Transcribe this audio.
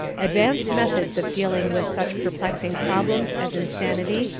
advanced methods of dealing with such perplexing problems as insanity,